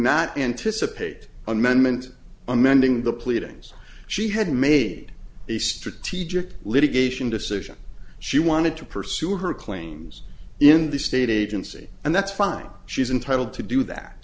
not anticipate an amendment amending the pleadings she had made a strategic litigation decision she wanted to pursue her claims in the state agency and that's fine she's entitled to do that